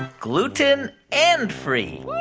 gluten and free